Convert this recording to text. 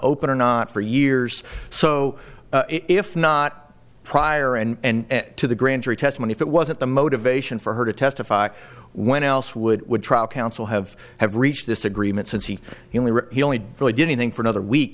open or not for years so if not prior and to the grand jury testimony if it wasn't the motivation for her to testify when else would would trial counsel have have reached this agreement since he only he only really do anything for another week